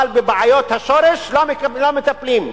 אבל בבעיות השורש לא מטפלים.